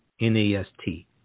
N-A-S-T